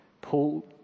Paul